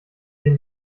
dem